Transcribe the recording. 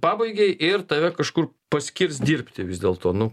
pabaigei ir tave kažkur paskirs dirbti vis dėlto nu